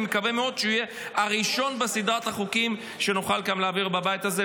אני מקווה מאוד שהוא יהיה הראשון בסדרת חוקים שנוכל להעביר בבית הזה,